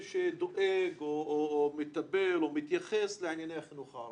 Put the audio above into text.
שדואג או מטפל או מתייחס לענייני החינוך הערבי.